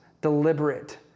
deliberate